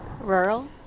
Rural